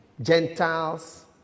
Gentiles